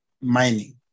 mining